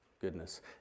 goodness